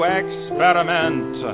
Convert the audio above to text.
experiment